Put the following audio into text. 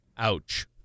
Ouch